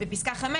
בפסקה (5),